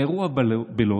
האירוע בלוד,